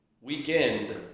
weekend